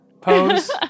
pose